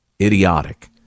idiotic